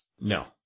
No